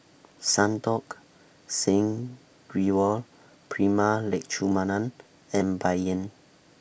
Santokh Singh Grewal Prema Letchumanan and Bai Yan